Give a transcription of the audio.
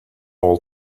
all